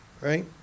right